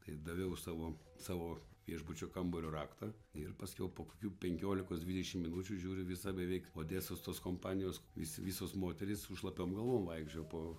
tai daviau savo savo viešbučio kambario raktą ir paskiau po kokių penkiolikos dvidešim minučių žiūriu visa beveik odesos tos kompanijos vis visos moterys su šlapiom galvom vaikščioja po